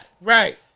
Right